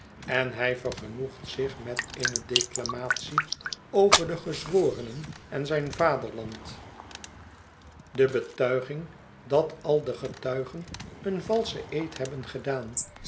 en hij vergenoegt zich met eene declamatie over de gezworenen en zijn vaderland de betuiging dat al de getuigen een valschen eed hebben gedaan